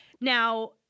Now